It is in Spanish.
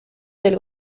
del